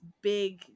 big